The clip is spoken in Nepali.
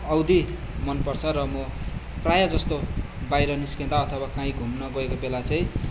औधी मनपर्छ र म प्राय जस्तो बाहिर निस्किँदा अथवा कहीँ घुम्न गएको बेला चाहिँ